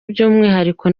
by’umwihariko